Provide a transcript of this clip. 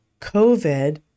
COVID